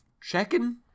checking